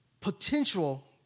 potential